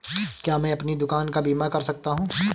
क्या मैं अपनी दुकान का बीमा कर सकता हूँ?